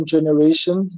Generation